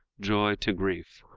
joy to grief,